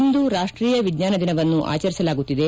ಇಂದು ರಾಷ್ಟೀಯ ವಿಜ್ಞಾನ ದಿನವನ್ನು ಆಚರಿಸಲಾಗುತ್ತಿದೆ